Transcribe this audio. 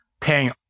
paying